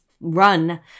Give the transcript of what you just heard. run